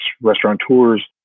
restaurateurs